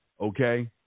Okay